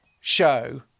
show